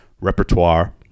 repertoire